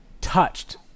touched